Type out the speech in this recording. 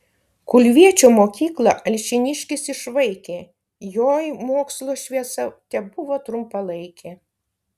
kulviečio mokyklą alšėniškis išvaikė joj mokslo šviesa tebuvo trumpalaikė